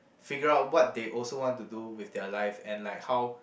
figure out what they also want to do with their life and like how